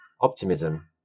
optimism